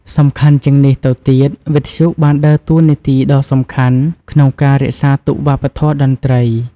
សំខាន់ជាងនេះទៅទៀត វិទ្យុបានដើរតួនាទីដ៏សំខាន់ក្នុងការ រក្សាទុកវប្បធម៌ តន្ត្រី។